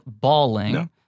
bawling